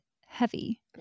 heavy